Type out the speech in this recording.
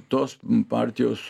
tos partijos